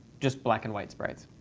just black and white sprites.